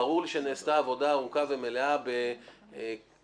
ברור שנעשתה עבודה ארוכה ומלאה בצה"ל,